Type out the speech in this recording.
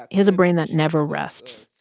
he has a brain that never rests.